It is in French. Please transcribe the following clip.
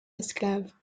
esclaves